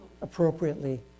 appropriately